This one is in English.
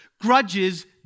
grudges